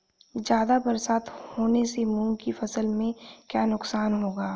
ज़्यादा बरसात होने से मूंग की फसल में क्या नुकसान होगा?